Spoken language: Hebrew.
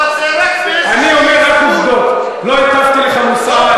אבל זה רק, אני אומר רק עובדות, לא הטפתי לך מוסר.